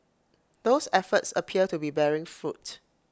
those efforts appear to be bearing fruit